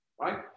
right